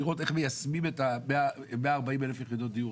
לראות איך מיישמים את ה-140,000 יחידות דיור